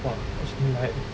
!wah! actually like